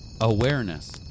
Awareness